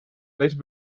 later